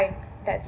that's